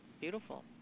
beautiful